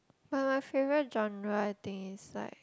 but my favourite genre I think is like